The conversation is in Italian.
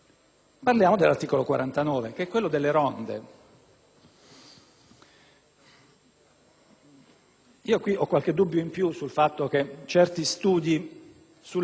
ronde. Ho qualche dubbio in più sul fatto che certi studi sulla psicologia dei gruppi siano noti a chi ha elaborato tale norma,